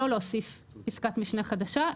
לא להוסיף פסקת משנה חדשה,